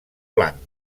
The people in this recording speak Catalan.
blanc